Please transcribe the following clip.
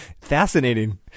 Fascinating